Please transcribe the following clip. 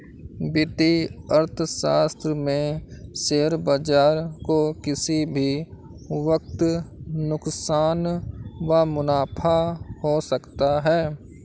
वित्तीय अर्थशास्त्र में शेयर बाजार को किसी भी वक्त नुकसान व मुनाफ़ा हो सकता है